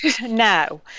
No